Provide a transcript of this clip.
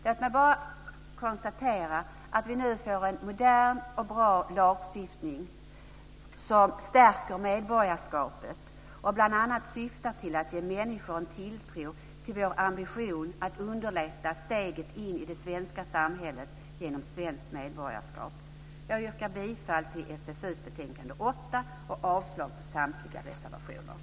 Låt mig bara konstatera att vi nu får en modern och bra lagstiftning som stärker medborgarskapet och bl.a. syftar till att ge människor tilltro till vår ambition att underlätta steget in i det svenska samhället genom svenskt medborgarskap. Jag yrkar bifall till hemställan i SfU:s betänkande